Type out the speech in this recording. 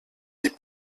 des